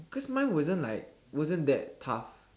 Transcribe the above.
cause mine wasn't like wasn't that tough